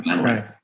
right